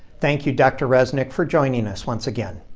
thank you, dr. reznik, for joining us once again.